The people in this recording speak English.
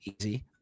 easy